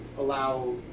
Allow